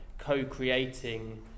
co-creating